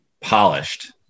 polished